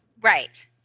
Right